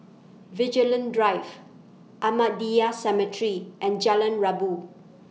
Vigilante Drive Ahmadiyya Cemetery and Jalan Rabu